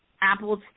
apples